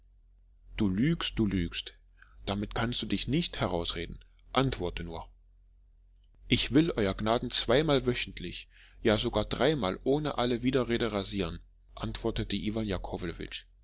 du lügst du lügst damit kannst du dich nicht herausreden antworte nur ich will euer gnaden zweimal wöchentlich ja sogar dreimal ohne alle widerrede rasieren antwortete iwan